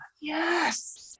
yes